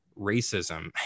racism